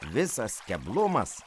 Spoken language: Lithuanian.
visas keblumas